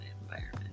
environment